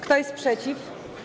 Kto jest przeciw?